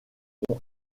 ont